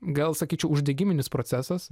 gal sakyčiau uždegiminis procesas